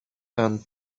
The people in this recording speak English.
and